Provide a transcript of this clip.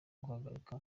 guhagarika